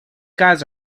guys